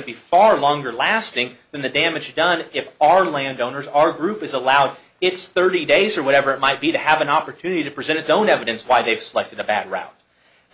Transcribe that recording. to be far longer lasting than the damage done if our landowners our group is allowed its thirty days or whatever it might be to have an opportunity to present its own evidence why they've selected a bad route